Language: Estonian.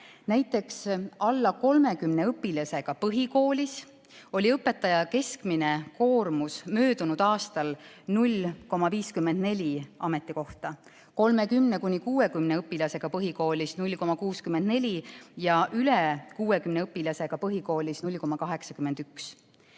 Näiteks, alla 30 õpilasega põhikoolis oli õpetaja keskmine koormus möödunud aastal 0,54 ametikohta, 30–60 õpilasega põhikoolis 0,64 ametikohta ja üle 60 õpilasega põhikoolis 0,81